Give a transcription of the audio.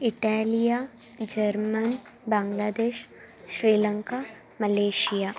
इटेलिया German Bangladesh Sri Lanka Malaysia